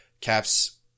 CAPS